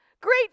great